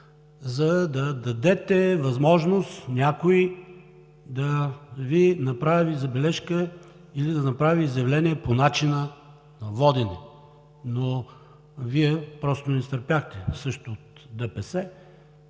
за да дадете възможност някой да Ви направи забележка или да направи изявление по начина на водене. Но Вие просто не изтърпяхте, също и от ДПС.